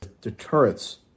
deterrence